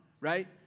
Right